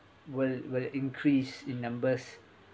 will will increase in numbers